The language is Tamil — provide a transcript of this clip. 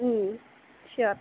ம் ஷுயர்